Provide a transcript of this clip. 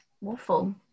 waffle